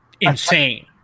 insane